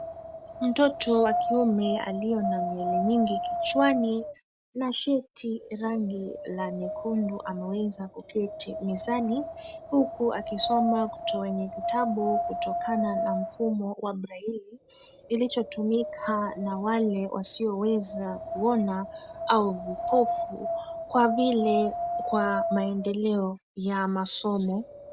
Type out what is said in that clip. Mtoto wa kiume aliye na nywele nyingi kichwani na shati rangi la nyekundu ameketi mezani huku akisoma kutowenye kitabu kutokana na mfumo wa braili ilichotumika na wale wasioweza kuona au vipofu kwa vile kwa maendeleo ya masomo.